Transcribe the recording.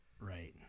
right